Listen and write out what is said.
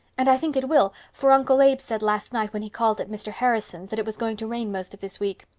and i think it will, for uncle abe said last night when he called at mr. harrison's, that it was going to rain most of this week.